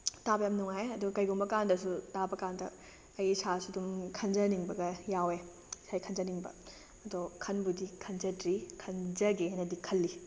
ꯇꯥꯕ ꯌꯥꯝ ꯅꯨꯡꯉꯥꯏ ꯑꯗꯣ ꯀꯩꯒꯨꯝꯕꯀꯟꯗꯁꯨ ꯇꯥꯕ ꯀꯥꯟꯗ ꯑꯩ ꯏꯁꯥꯁꯦ ꯑꯗꯨꯝ ꯈꯟꯖꯅꯤꯡꯕꯒ ꯌꯥꯎꯏ ꯏꯁꯩ ꯈꯟꯖꯅꯤꯡꯕ ꯑꯗꯣ ꯈꯟꯕꯨꯗꯤ ꯈꯟꯖꯗ꯭ꯔꯤ ꯈꯟꯖꯒꯦ ꯍꯥꯏꯅꯗꯤ ꯈꯜꯂꯤ